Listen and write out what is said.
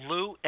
Lou